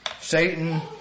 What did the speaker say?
Satan